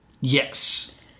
Yes